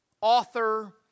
author